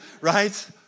right